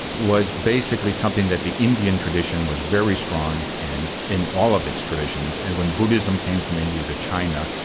was basically something that the indian tradition was very strong in in all of its traditions, and when buddhism came from india to china,